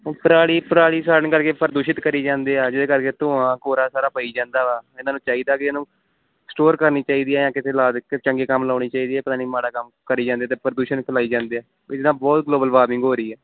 ਉਹ ਪਰਾਲੀ ਪਰਾਲੀ ਸਾੜਨ ਕਰਕੇ ਪ੍ਰਦੂਸ਼ਿਤ ਕਰੀ ਜਾਂਦੇ ਆ ਜਿਹਦੇ ਕਰਕੇ ਧੂੰਆਂ ਕੋਰਾ ਸਾਰਾ ਪਈ ਜਾਂਦਾ ਵਾ ਇਹਨਾਂ ਨੂੰ ਚਾਹੀਦਾ ਵੀ ਇਹਨੂੰ ਸਟੋਰ ਕਰਨੀ ਚਾਹੀਦੀ ਹੈ ਕਿਤੇ ਕਿਸੇ ਚੰਗੇ ਕੰਮ ਲਗਾਉਣੀ ਚਾਹੀਦੀ ਹੈ ਪਤਾ ਨਹੀਂ ਮਾੜਾ ਕੰਮ ਕਰੀ ਜਾਂਦੇ ਅਤੇ ਪ੍ਰਦੂਸ਼ਣ ਫੈਲਾਈ ਜਾਂਦੇ ਆ ਇਹਦੇ ਨਾਲ ਬਹੁਤ ਗਲੋਬਲ ਵਾਰਮਿੰਗ ਹੋ ਰਹੀ ਹੈ